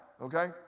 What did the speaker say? okay